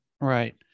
right